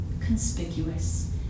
conspicuous